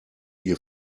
ihr